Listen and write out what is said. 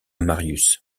marius